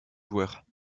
joueurs